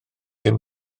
dim